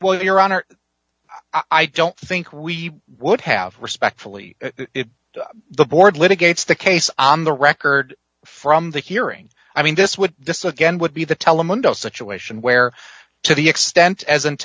well your honor i don't think we would have respectfully if the board litigates the case on the record from the hearing i mean this would this again would be the telemundo situation where to the extent as